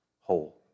whole